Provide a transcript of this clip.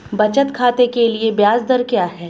बचत खाते के लिए ब्याज दर क्या है?